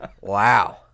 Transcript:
Wow